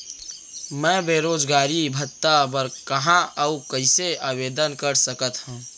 मैं बेरोजगारी भत्ता बर कहाँ अऊ कइसे आवेदन कर सकत हओं?